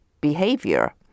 behavior